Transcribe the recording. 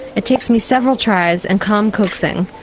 it takes me several tries and calm coaxing,